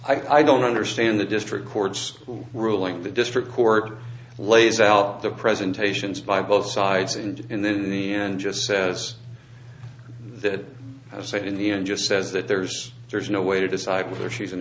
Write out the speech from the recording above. t i don't understand the district court's ruling the district court lays out the presentations by both sides and in the end just says that i've said in the end just says that there's there's no way to decide whether she's an